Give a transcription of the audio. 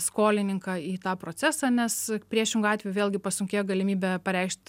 skolininką į tą procesą nes priešingu atveju vėlgi pasunkėja galimybė pareikšt